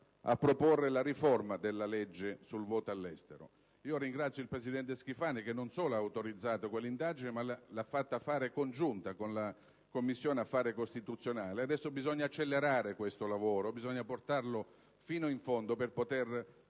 a proporre la riforma della legge sul voto all'estero. Ringrazio il presidente Schifani che, non solo ha autorizzato quell'indagine, ma l'ha disposta in sede congiunta con la Commissione affari costituzionali. Adesso bisogna accelerare questo lavoro, bisogna portarlo fino in fondo per poter